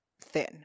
thin